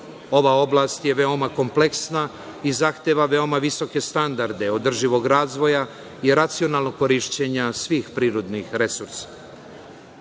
Ova oblast je veoma kompleksna i zahteva veoma visoke standarde održivog razvoja i racionalnog korišćenja svih prirodnih resursa.